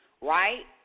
right